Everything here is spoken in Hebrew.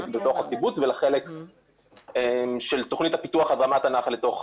בתוך הקיבוץ וכחלק מתוכנית הפיתוח אדמת הנחל לתוך